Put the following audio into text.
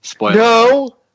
No